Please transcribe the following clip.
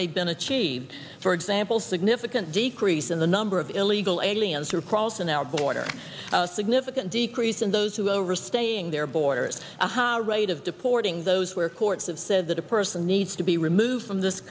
they've been achieved for example significant decrease in the number of illegal aliens who are crossing our border a significant decrease in those who are restating their borders a high rate of deporting those where courts have said that a person needs to be removed from this